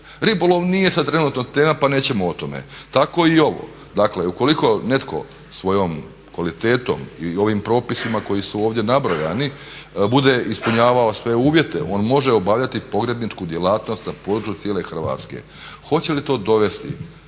ribolov nije sada trenutno tema pa nećemo ni o tome. Tako i ovo. Dakle ukoliko netko svojom kvalitetom i ovim propisima koji su ovdje nabrojani bude ispunjavao sve uvjete on može obavljati pogrebničku djelatnost na području cijele Hrvatske. Hoće li to dovesti